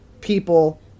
people